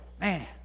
Man